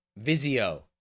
Vizio